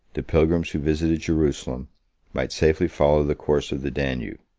the pilgrims who visited jerusalem might safely follow the course of the danube